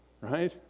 right